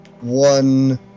one